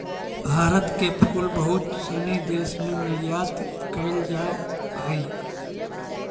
भारत के फूल बहुत सनी देश में निर्यात कैल जा हइ